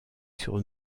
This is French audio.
sur